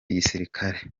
igisirikare